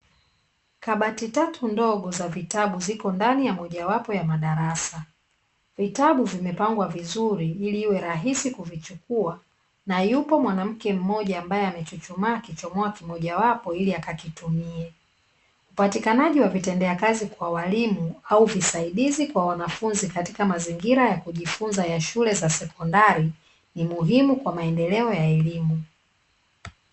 Kabati tatu ndogo za vitabu ziko ndani ya moja wapo ya madarasa. Vitabu vimepangwa vizuri ili iwe rahisi kuvichukua, na yupo mwanamke mmoja ambaye amechuchuma akichomoa kimoja wapo ili akakitumie. Upatikanaji wa vitendea kazi kwa walimu au visaidizi kwa wanafunzi katika mazingira ya kujifunza ya shule za sekondari, ni muhimu kwa maendeleo ya elimu.